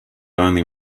only